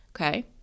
Okay